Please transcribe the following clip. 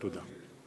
תודה.